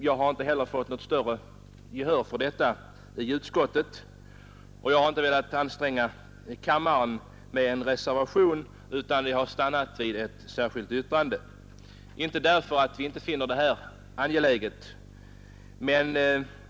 Jag har inte heller vunnit något större gehör för förslaget i utskottet, och jag har inte velat anstränga kammaren med en reservation utan stannat vid ett särskilt yttrande. Ingen skall emellertid tro att jag därför inte finner den föreslagna åtgärden angelägen.